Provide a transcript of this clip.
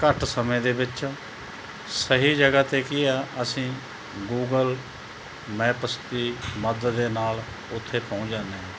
ਘੱਟ ਸਮੇਂ ਦੇ ਵਿੱਚ ਸਹੀ ਜਗ੍ਹਾ 'ਤੇ ਕੀ ਹੈ ਅਸੀਂ ਗੂਗਲ ਮੈਪਸ ਦੀ ਮਦਦ ਦੇ ਨਾਲ ਓਥੇ ਪਹੁੰਚ ਜਾਂਦੇ ਹਾਂ